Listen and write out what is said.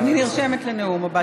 אני נרשמת לנאום הבא.